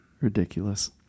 ridiculous